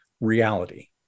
reality